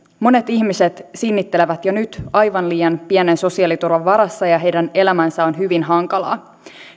monet ihmiset sinnittelevät jo nyt aivan liian pienen sosiaaliturvan varassa ja heidän elämänsä on hyvin hankalaa